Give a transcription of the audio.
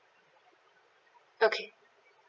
okay